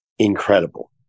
incredible